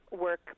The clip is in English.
work